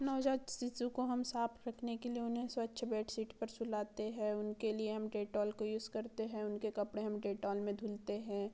नवजात शिशु को हम साफ रखने के लिए उन्हें स्वच्छ बेडशीट पर सुलाते हैं उनके लिए हम डेटोल को यूज़ करते हैं उनके कपड़े हम डेटोल में धुलते हैं